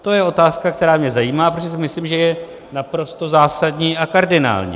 To je otázka, která mě zajímá, protože si myslím, že je naprosto zásadní a kardinální.